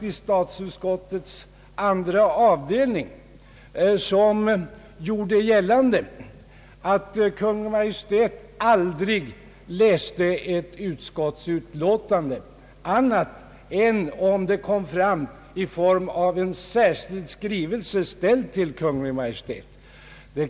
I statsutskottets andra avdelning hade vi en gammal ledamot, som gjorde gällande att Kungl. Maj:t aldrig läste ett utskottsutlåtande annat än om det kom fram i form av en särskild skrivelse ställd till Kungl. Maj:t.